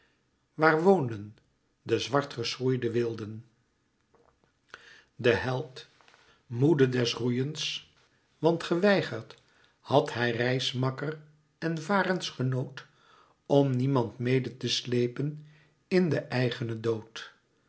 waar woonden de zwart geschroeide wilden de held moede des roeiens want geweigerd had hij reismakker en varensgenoot om niemand mede te slepen in d'eigenen dood